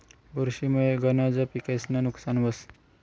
बुरशी मुये गनज पिकेस्नं नुकसान व्हस